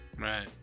Right